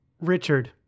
Richard